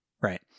right